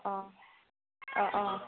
অঁ অঁ